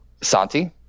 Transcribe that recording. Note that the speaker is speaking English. Santi